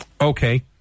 Okay